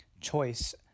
choice